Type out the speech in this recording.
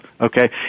okay